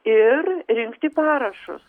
ir rinkti parašus